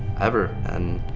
ever. and,